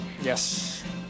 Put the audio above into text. Yes